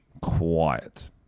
quiet